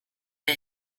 der